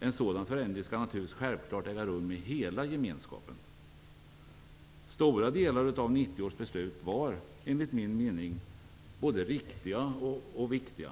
En sådan förändring skall naturligtvis äga rum i hela Stora delar av 1990 års beslut var enligt min mening både riktiga och viktiga.